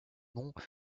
monts